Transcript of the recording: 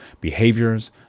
behaviors